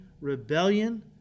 rebellion